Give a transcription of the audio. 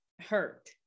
hurt